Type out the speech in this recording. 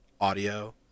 audio